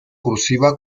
cursiva